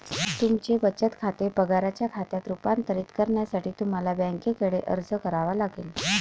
तुमचे बचत खाते पगाराच्या खात्यात रूपांतरित करण्यासाठी तुम्हाला बँकेकडे अर्ज करावा लागेल